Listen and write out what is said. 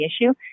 issue